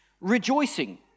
Rejoicing